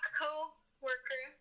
co-worker